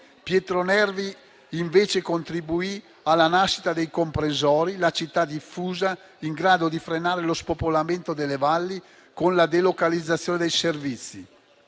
Pietro Nervi, invece, contribuì alla nascita dei comprensori, della città diffusa, in grado di frenare lo spopolamento delle valli con la delocalizzazione dei servizi.